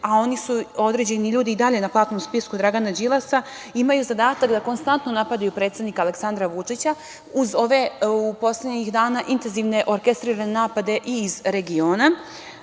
a oni su, određeni ljudi, i dalje na platnom spisku Dragana Đilasa, imaju zadatak da konstantno napadaju predsednika Aleksandra Vučića, uz ove poslednjih dana intenzivne orkestrirane napade i iz regiona,